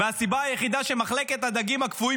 הסיבה היחידה שמחלקת הדגים הקפואים